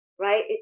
Right